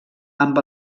amb